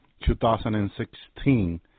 2016